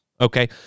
okay